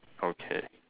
okay